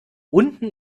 unten